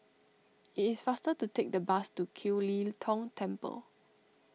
it is faster to take the bus to Kiew Lee Tong Temple